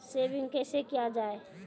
Saving कैसै किया जाय?